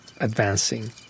advancing